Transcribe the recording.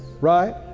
Right